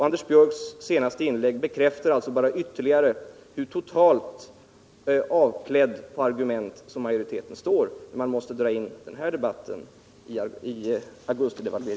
Anders Björcks senaste inlägg bekräftar ytterligare hur totalt avklädd på argument majoriteten står.